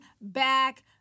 back